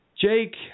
Jake